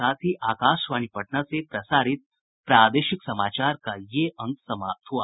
इसके साथ ही आकाशवाणी पटना से प्रसारित प्रादेशिक समाचार का ये अंक समाप्त हुआ